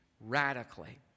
radically